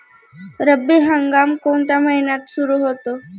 रब्बी हंगाम कोणत्या महिन्यात सुरु होतो?